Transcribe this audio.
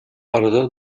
arada